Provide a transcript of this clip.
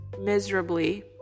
miserably